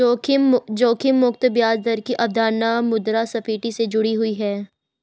जोखिम मुक्त ब्याज दर की अवधारणा मुद्रास्फति से जुड़ी हुई है